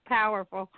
powerful